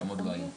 שעוד לא היו.